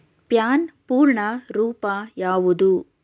PAN ಪೂರ್ಣ ರೂಪ ಯಾವುದು?